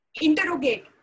interrogate